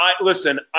listen